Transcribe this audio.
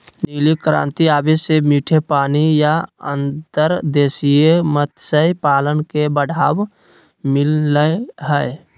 नीली क्रांति आवे से मीठे पानी या अंतर्देशीय मत्स्य पालन के बढ़ावा मिल लय हय